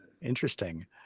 interesting